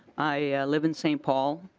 i live in st. paul.